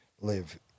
live